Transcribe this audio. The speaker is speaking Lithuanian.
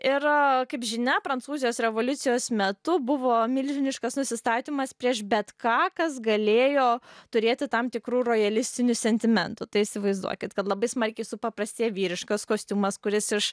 ir kaip žinia prancūzijos revoliucijos metu buvo milžiniškas nusistatymas prieš bet ką kas galėjo turėti tam tikrų rojalistinių sentimentų tai įsivaizduokit kad labai smarkiai supaprastė vyriškas kostiumas kuris iš